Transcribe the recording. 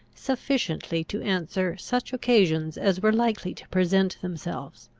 sufficiently to answer such occasions as were likely to present themselves.